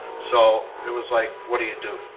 so it was like, what do you do?